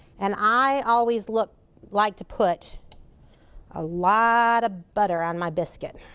and i always look like to put a lot of butter on my biscuit.